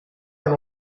and